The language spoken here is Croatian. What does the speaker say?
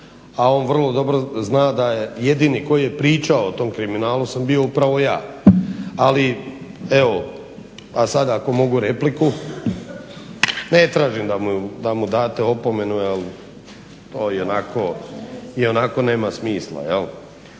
a on vrlo dobro zna da jedini koji je pričao o tom kriminalu sam bio upravo ja, ali evo. A sad ako mogu repliku. Ne tražim da mu date opomenu jer to ionako nema smisla jel'.